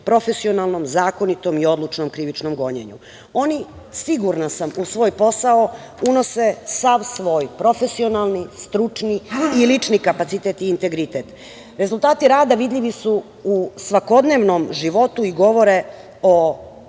profesionalnom, zakonitom i odlučnom krivičnom gonjenju. Oni, sigurna sam, u svoj posao, unose sav svoj profesionalni, stručni i lični kapacitet i integritet. Rezultati rada, vidljivi su u svakodnevnom životu i govore o